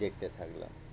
দেখতে থাকলাম